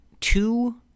two